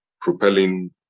propelling